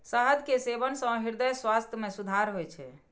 शहद के सेवन सं हृदय स्वास्थ्य मे सुधार होइ छै